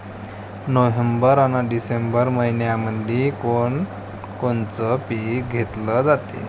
November अन December मइन्यामंधी कोण कोनचं पीक घेतलं जाते?